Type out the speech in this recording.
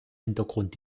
hintergrund